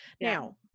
now